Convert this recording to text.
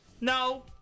No